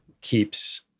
Keeps